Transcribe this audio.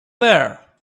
there